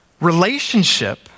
relationship